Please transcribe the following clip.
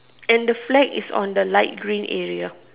and the flag is on the light green area